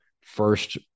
first